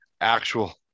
actual